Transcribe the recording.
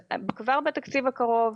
כבר בתקציב הקרוב.